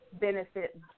benefit